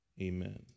amen